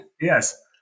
Yes